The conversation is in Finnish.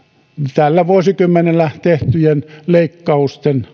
tällä vuosikymmenellä tehtyjen leikkausten